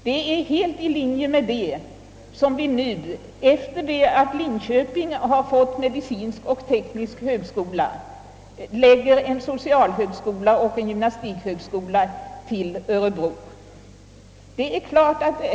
Det ligger helt i linje därmed att vi nu, sedan Linköping fått en medicinsk och en teknisk högskola, förlägger en socialhögskola och en gymnastikhögskola till Örebro.